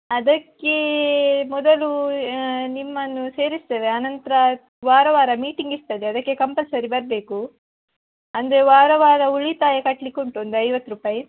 ಅದಕ್ಕೆ ಮೊದಲು ನಿಮ್ಮನ್ನು ಸೇರಿಸ್ತೇವೆ ಅನಂತ್ರ ವಾರ ವಾರ ಮೀಟಿಂಗ್ ಇರ್ತದೆ ಅದಕ್ಕೆ ಕಂಪಲ್ಸರಿ ಬರಬೇಕು ಅಂದರೆ ವಾರ ವಾರ ಉಳಿತಾಯ ಕಟ್ಲಿಕ್ಕೆ ಉಂಟು ಒಂದು ಐವತ್ತು ರೂಪಾಯಿ